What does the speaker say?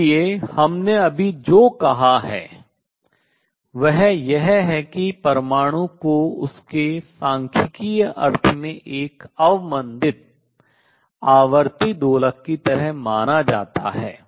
इसलिए हमने अभी जो कहा है वह यह है कि परमाणु को उसके सांख्यिकीय अर्थ में एक अवमंदित आवर्ती दोलक की तरह माना जाता है